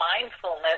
mindfulness